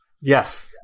Yes